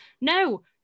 no